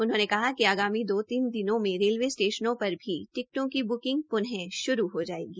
उन्होंने हजार कहा कि आगामी दो तीन दिनों में रेलवे स्टेशनों पर भी टिक्टों की ब्किंग प्न श्रू हो जायेंगी